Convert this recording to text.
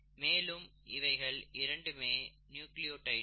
மேலும் இவைகள் இரண்டுமே நியூக்ளியோடைடுகள்